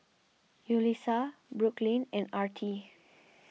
Yulissa Brooklyn and Artie